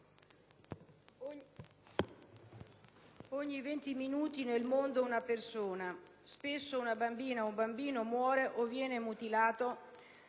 ogni venti minuti nel mondo una persona, spesso una bambina o un bambino, muore o viene mutilata